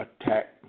attack